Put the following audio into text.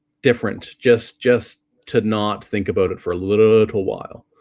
different just just to not think about it for a little little while.